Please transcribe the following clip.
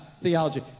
theology